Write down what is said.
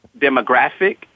demographic